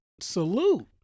salute